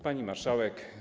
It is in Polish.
Pani Marszałek!